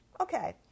Okay